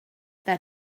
that